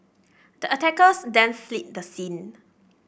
the attackers then fled the scene